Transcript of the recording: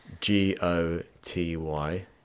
G-O-T-Y